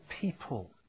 people